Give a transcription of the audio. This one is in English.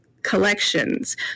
collections